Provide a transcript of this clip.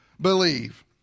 believe